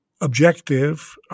objective